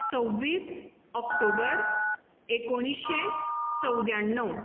सव्वीस ऑक्टोबर एकोणिश्शे चवद्याण्णव